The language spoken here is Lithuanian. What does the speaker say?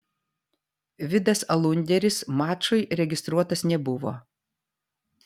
vidas alunderis mačui registruotas nebuvo